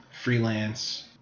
Freelance